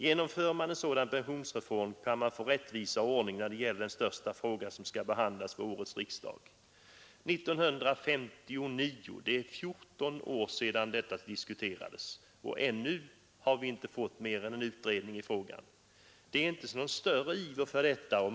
Genomför man en sådan pensionsreform, kan man få rättvisa och ordning när det gäller den största fråga, som skall behandlas vid årets riksdag.” 1959 — det är 14 år sedan denna debatt, och ännu har vi inte fått mer än en utredning i frågan. Det tycks inte vara någon större iver på detta område.